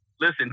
listen